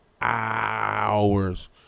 hours